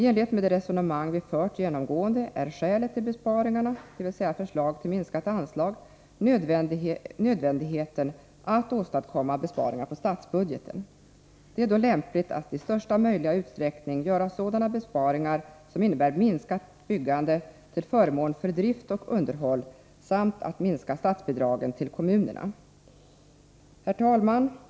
I enlighet med det resonemang som vi genomgående fört är skälet till besparingarna, dvs. förslag till minskat anslag, nödvändigheten att åstadkomma besparingar i statsbudgeten. Det är då lämpligt att i största möjliga utsträckning göra sådana besparingar som innebär minskat byggande till förmån för drift och underhåll samt att minska statsbidragen till kommunerna. Herr talman!